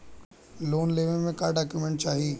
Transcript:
Loan लेवे मे का डॉक्यूमेंट चाही?